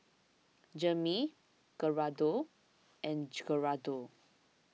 Jamey Gerardo and Gerardo